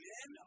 Men